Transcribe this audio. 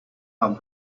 have